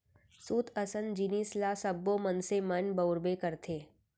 सूत असन जिनिस ल सब्बो मनसे मन बउरबे करथे